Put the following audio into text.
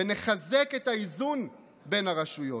ונחזק את האיזון בין הרשויות.